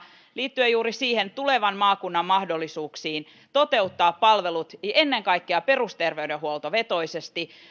liittyen juuri tulevan maakunnan mahdollisuuksiin toteuttaa palvelut ennen kaikkea perusterveydenhuoltovetoisesti